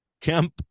Kemp